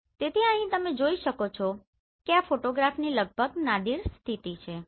તેથી અહીં તમે જોઈ શકો છો કે આ ફોટોગ્રાફની લગભગ નાદિર સ્થિતિ છે